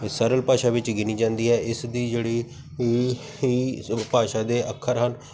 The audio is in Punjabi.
ਸਰਲ ਭਾਸ਼ਾ ਵਿੱਚ ਗਿਣੀ ਜਾਂਦੀ ਹੈ ਇਸ ਦੀ ਜਿਹੜੀ ਈ ਈ ਉਪਭਾਸ਼ਾ ਦੇ ਅੱਖਰ ਹਨ